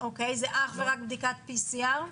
זה אך ורק בדיקת PCR?